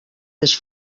més